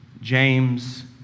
James